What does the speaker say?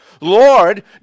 Lord